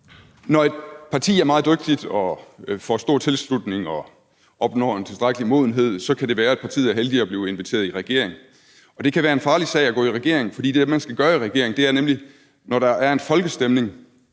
Når et parti er meget dygtigt og får stor tilslutning og opnår en tilstrækkelig modenhed, kan det være, at partiet er heldig at blive inviteret i regering. Og det kan være en farlig sag at gå i regering, for det, man skal gøre i regering, er nemlig, når der en folkeafstemning